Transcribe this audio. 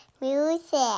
music